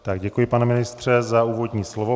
Tak děkuji, pane ministře, za úvodní slovo.